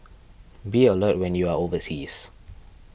be alert when you are overseas